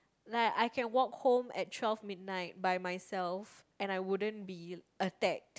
like I can walk home at twelve midnight by myself and I wouldn't be attack